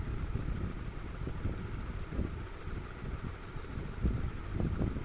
నేను డైరెక్ట్ పెట్టుబడి పెట్టచ్చా లేక ఏజెంట్ తో చేస్కోవచ్చా?